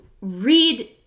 read